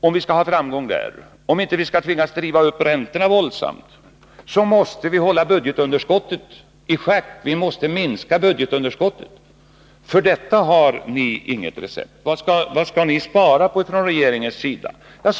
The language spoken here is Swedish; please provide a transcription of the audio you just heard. Om vi skall ha framgång, om vi inte skall tvingas driva upp räntorna, måste vi minska budgetunderskottet. För detta har ni inget recept. Ni frågar vad regeringen skall spara på.